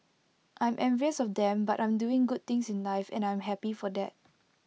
I'm envious of them but I'm doing good things in life and I am happy for that